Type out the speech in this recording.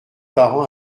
parent